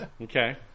Okay